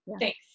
Thanks